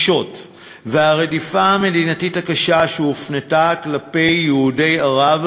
והרדיפה המדינתית הקשה שהופנתה כלפי יהודי ערב